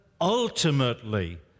ultimately